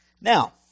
Now